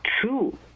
true